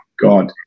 god